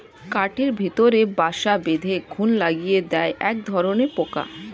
কাঠের ভেতরে বাসা বেঁধে ঘুন লাগিয়ে দেয় একধরনের পোকা